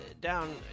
down